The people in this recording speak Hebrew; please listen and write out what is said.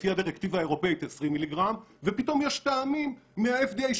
לפי הדירקטיבה האירופאית 20 מיליגרם ופתאום יש טעמים מה-FDA,